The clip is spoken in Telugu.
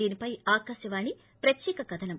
దీని పై ఆకాశవాణి ప్రత్యేక కధనం